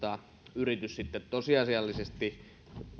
yritys tosiasiallisesti